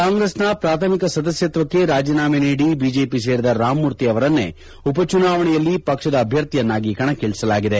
ಕಾಂಗ್ರೆಸ್ನ ಪ್ರಾಥಮಿಕ ಸದಸ್ಯತ್ವಕ್ಕೆ ರಾಜೀನಾಮೆ ನೀಡಿ ಬಿಜೆಪಿ ಸೇರಿದ ರಾಮಮೂರ್ತಿ ಅವರನ್ನೇ ಉಪಚುನಾವಣೆಯಲ್ಲಿ ಪಕ್ಷದ ಅಭ್ಯರ್ಥಿಯನ್ನಾಗಿ ಕಣಕ್ಕಿಳಸಲಾಗಿದೆ